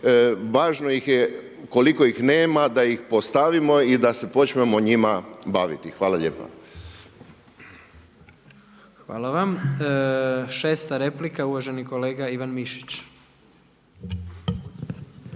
Važno je koliko ih nema da ih postavimo i da se počnemo njima baviti. Hvala lijepa. **Jandroković, Gordan (HDZ)** Hvala vam. Šesta replika, uvaženi kolega Ivan Mišić.